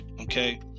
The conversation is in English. okay